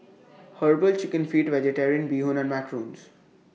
Herbal Chicken Feet Vegetarian Bee Hoon and Macarons